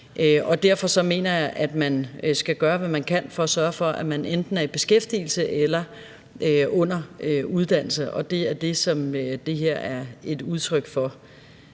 derfor mener jeg, at man skal gøre, hvad man kan, for at sørge for, at de enten er i beskæftigelse eller under uddannelse, og det er det, som det her er et udtryk for.